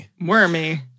Wormy